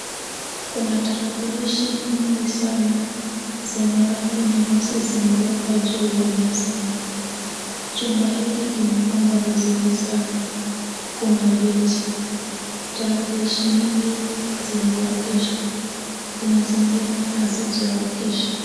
Kuna tarakilishi nyingi sana zenye rangi nyeusi zimewekwa juu ya meza. Chumba hiki kimepangwa vizuri sana. Kuna viti. Tarakilishi nyingi zimewakishwa, kuna zingine hazijawakishwa.